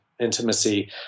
intimacy